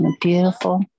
beautiful